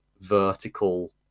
vertical